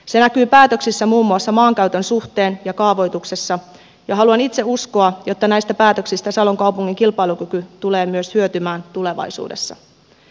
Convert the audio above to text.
se näkyy päätöksissä muun muassa maankäytön suhteen ja kaavoituksessa ja haluan itse uskoa että näistä päätöksistä salon kaupungin kilpailukyky tulee myös hyötymään tulevaisuudessa